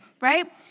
right